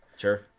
Sure